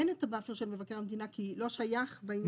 אין את ה- bufferשל מבקר המדינה כי לא שייך בעניין הזה.